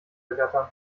ergattern